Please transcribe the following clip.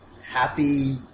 happy